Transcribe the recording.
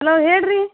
hello ಹೇಳ್ರಿ